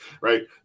right